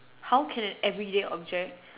how can an everyday object